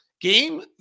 Game